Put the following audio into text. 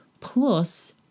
Plus